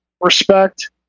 respect